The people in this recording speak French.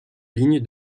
ligne